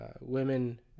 women